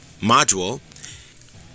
module